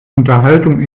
unterhaltung